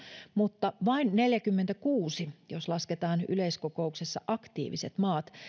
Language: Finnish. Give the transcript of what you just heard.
mutta vain neljäkymmentäkuusi jos lasketaan yleiskokouksessa aktiiviset maat